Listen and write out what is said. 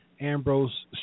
Ambrose